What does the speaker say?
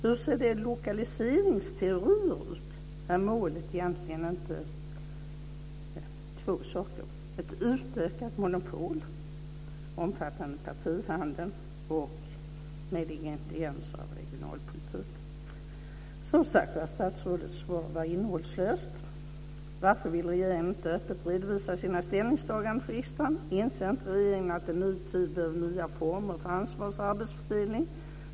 Hur ser de lokaliseringsteorier ut där målet egentligen är två saker, ett utökat monopol omfattande partihandeln och ingredienser av regionalpolitik? Statsrådets svar var innehållslöst. Varför vill regeringen inte öppet redovisa sina ställningstaganden för riksdagen? Inser inte regeringen att en ny tid behöver nya former för ansvars och arbetsfördelning?